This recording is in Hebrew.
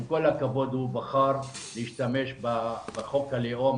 עם כל הכבוד, הוא בחר להשתמש בחוק הלאום